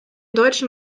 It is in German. deutschen